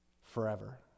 forever